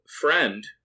friend